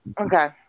Okay